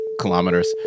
kilometers